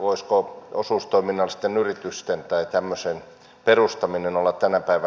voisiko osuustoiminnallisten yritysten tai tämmöisten perustaminen olla tänä päivänä helpompaa